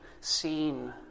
seen